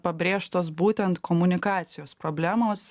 pabrėžtos būtent komunikacijos problemos